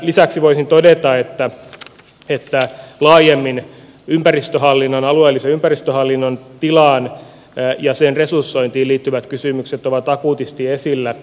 lisäksi voisin todeta että laajemmin alueellisen ympäristöhallinnon tilaan ja sen resursointiin liittyvät kysymykset ovat akuutisti esillä